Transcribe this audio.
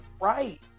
Right